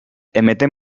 emeten